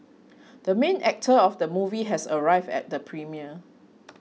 the main actor of the movie has arrived at the premiere